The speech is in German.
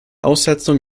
aussetzung